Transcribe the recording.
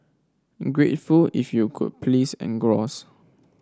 grateful if you could please engross